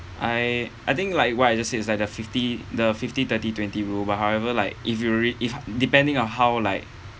I I think like what I just said it's like fifty the fifty thirty twenty rule but however like if you really if depending on how like